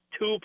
two